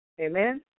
Amen